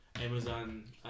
Amazon